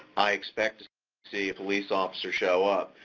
i expect to see a police officer show up.